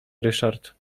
ryszard